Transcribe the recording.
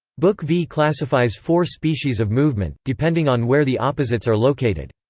book v classifies four species of movement, depending on where the opposites are located.